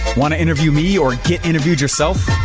wanna interview me, or and get interviewed yourself,